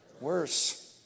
Worse